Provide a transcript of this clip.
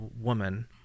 woman